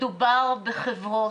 מדובר בחברות,